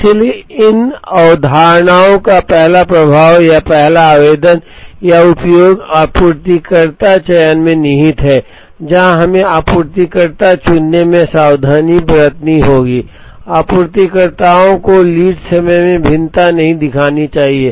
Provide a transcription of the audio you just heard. इसलिए इन अवधारणाओं का पहला प्रभाव या पहला आवेदन या उपयोग आपूर्तिकर्ता चयन में निहित है जहां हमें आपूर्तिकर्ता चुनने में सावधानी बरतनी होगी आपूर्तिकर्ताओं को लीड समय में भिन्नता नहीं दिखानी चाहिए